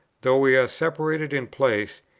though we are separated in place,